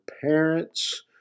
parents